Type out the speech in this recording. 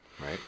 right